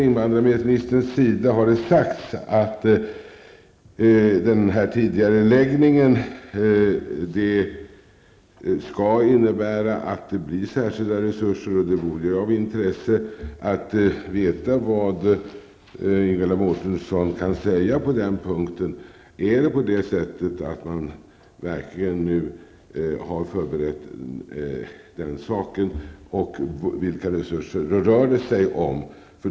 Invandrarministern har sagt att tidigareläggningen skall innebära att det blir särskilda resurser. Det vore av intresse att veta vad Ingela Mårtensson kan säga på den punkten. Har man nu verkligen förberett den saken, och vilka resurser rör det sig om?